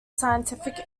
scientific